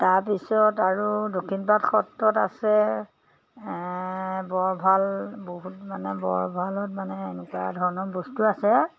তাৰপিছত আৰু দক্ষিণপাট সত্ৰত আছে বৰভঁৰাল বহুত মানে বৰভৰাঁলত মানে এনেকুৱা ধৰণৰ বস্তু আছে